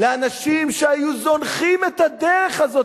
לאנשים שהיו זונחים את הדרך הזו.